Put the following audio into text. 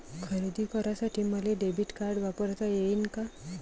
खरेदी करासाठी मले डेबिट कार्ड वापरता येईन का?